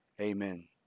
Amen